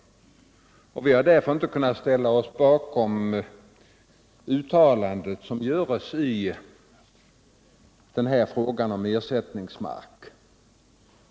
Vi har därför inte kunnat ställa oss bakom det uttalande som görs i fråga om ersättningsmark.